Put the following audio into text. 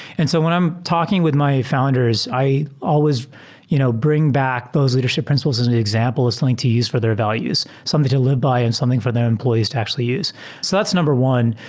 and so when i'm talking with my founders, i always you know bring back those leadership principles as an example as filling to use for their values. something to live by and something for their employees to actually use, so that's number one.